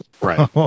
Right